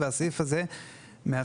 והסעיף הזה מאפשר